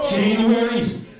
January